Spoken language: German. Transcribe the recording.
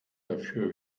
dafür